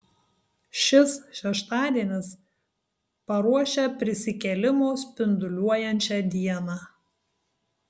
šis šeštadienis paruošia prisikėlimo spinduliuojančią dieną